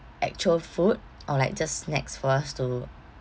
actual food or like just snacks for us to